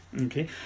Okay